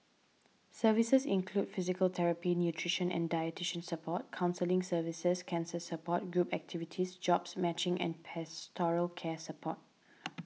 services include physical therapy nutrition and dietitian support counselling services cancer support group activities jobs matching and pastoral care support